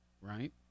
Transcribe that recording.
right